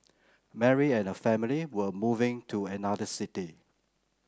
Mary and her family were moving to another city